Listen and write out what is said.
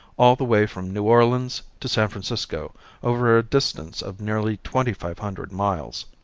all the way from new orleans to san francisco over a distance of nearly twenty-five hundred miles.